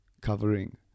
covering